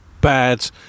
bad